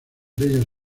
bellas